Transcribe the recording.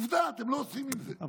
עובדה, אתם לא עושים עם זה כלום.